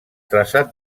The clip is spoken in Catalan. traçat